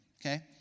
okay